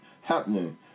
happening